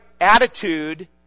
attitude